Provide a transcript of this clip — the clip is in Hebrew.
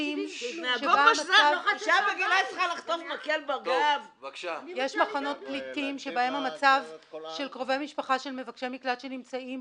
עינויים בלוב שעדיין מבקשים לפדות את קרובי המשפחה של מבקשי המקלט.